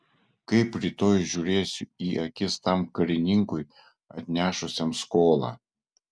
kaip rytoj žiūrėsiu į akis tam karininkui atnešusiam skolą